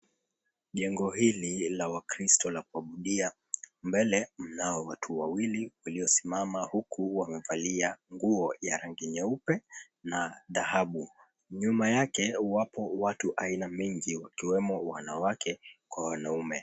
Jengo hili la wakristo la kuabudia mbele mnao watu wawili waliosimama huku wamevalia nguo za rangi nyeupe na dhahabu, nyuma yake wapo watu aina mingi ikiwemo wanawake kwa wanaume.